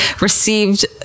received